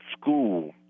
school